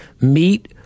meet